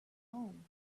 home